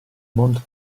mondo